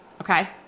Okay